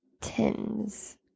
tins